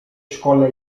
szkole